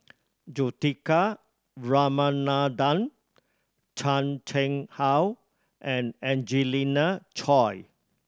Juthika Ramanathan Chan Chang How and Angelina Choy